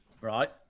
Right